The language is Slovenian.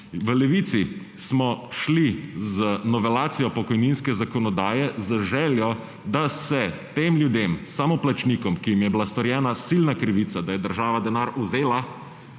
V Levici smo šli v novelacijo pokojninske zakonodaje z željo, da tem ljudem, samoplačnikom, ki jim je bila storjena silna krivica, da je država denar vzela,